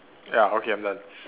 ya okay I'm done